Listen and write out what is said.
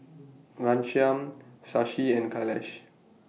Ghanshyam Shashi and Kailash